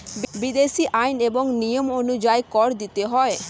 বিদেশী আইন এবং নিয়ম অনুযায়ী কর দিতে হয়